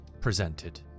presented